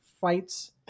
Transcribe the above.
fights